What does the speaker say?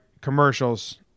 commercials